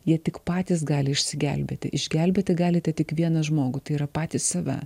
jie tik patys gali išsigelbėti išgelbėti galite tik vieną žmogų tai yra patys save